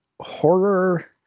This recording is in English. horror